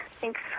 Thanks